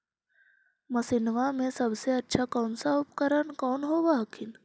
मसिनमा मे सबसे अच्छा कौन सा उपकरण कौन होब हखिन?